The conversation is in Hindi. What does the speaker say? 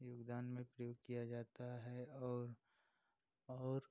योगदान में प्रयोग किया जाता है और और